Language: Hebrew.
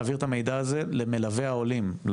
להעביר את המידע הזה למלווה העולים,